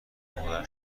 هنر